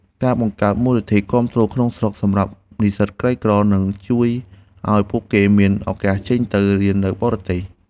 ការបង្កើតមូលនិធិគាំទ្រក្នុងស្រុកសម្រាប់និស្សិតក្រីក្រនឹងជួយឱ្យពួកគេមានឱកាសចេញទៅរៀននៅបរទេស។